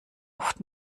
oft